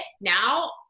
now